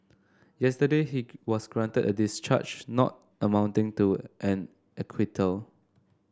yesterday he was granted a discharge not amounting to an acquittal